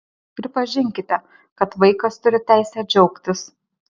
pripažinkite kad vaikas turi teisę džiaugtis